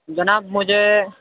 جناب مجھے